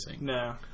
No